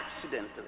accidentally